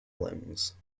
limbs